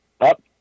up